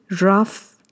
rough